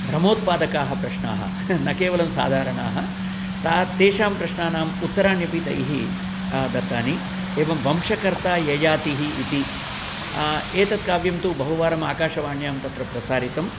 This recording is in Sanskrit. भ्रमोत्पादकाः प्रश्नाः न केवलं साधारणाः ता तेषां प्रश्नानाम् उत्तराण्यपि तैः दत्तानि एवं वंशकर्ताययातिः इति एतत् काव्यं तु बहुवारम् आकाशवाण्यां तत्र प्रसारितम्